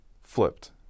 Flipped